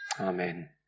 Amen